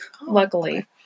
luckily